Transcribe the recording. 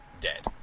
dead